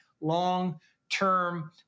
long-term